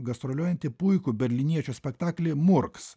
gastroliuojantį puikų berlyniečių spektaklį murks